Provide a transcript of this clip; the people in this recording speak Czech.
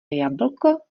jablko